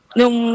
Nung